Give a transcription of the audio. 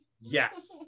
Yes